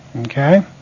Okay